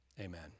Amen